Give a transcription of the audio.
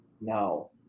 No